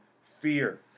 fear